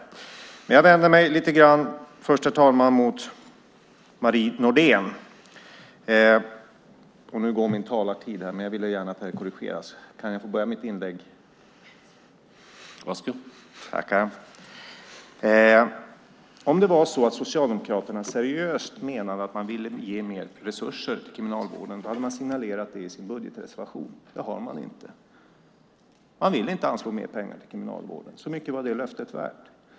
Herr talman! Jag vänder mig först lite grann till Marie Nordén. Om det hade varit så att Socialdemokraterna seriöst menade att man ville ge mer resurser till Kriminalvården hade man signalerat det i sin budgetreservation. Det har man inte. Man vill inte anslå mer pengar till Kriminalvården. Så mycket var det löftet värt.